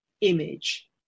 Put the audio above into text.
image